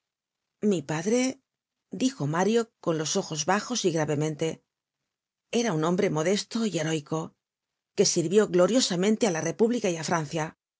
mi padre dijo mario con los ojos bajos y gravemente era un hombre modesto y heroico que sirvió gloriosamente á la república y á la francia